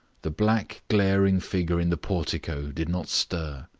the black glaring figure in the portico did not stir.